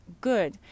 good